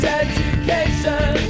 education